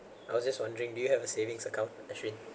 I was just wondering do you have a savings account actually Ashwin